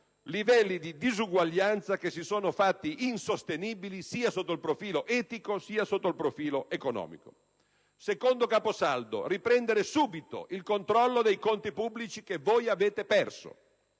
livelli di disuguaglianza, che si sono fatti insostenibili sia sotto il profilo etico che economico. Secondo caposaldo: riprendere subito il controllo dei conti pubblici che voi avete perso,